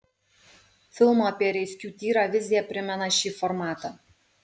filmo apie reiskių tyrą vizija primena šį formatą